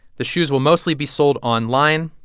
the shoes will mostly be sold online.